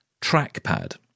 trackpad